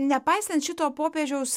nepaisant šito popiežiaus